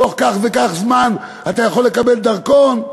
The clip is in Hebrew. בתוך כך וכך זמן אתה יכול לקבל דרכון.